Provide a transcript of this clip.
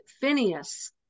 phineas